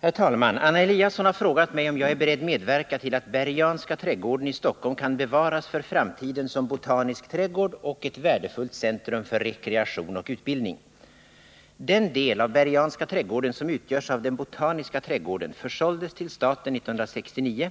Herr talman! Anna Eliasson har frågat mig om jag är beredd medverka till att Bergianska trädgården i Stockholm kan bevaras för framtiden som botanisk trädgård och ett värdefullt centrum för rekreation och utbildning. Den del av Bergianska trädgården som utgörs av den botaniska trädgården försåldes till staten 1969